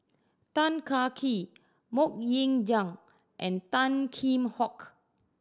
Tan Kah Kee Mok Ying Jang and Tan Kheam Hock